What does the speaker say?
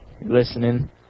Listening